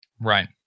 right